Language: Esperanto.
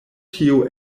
tio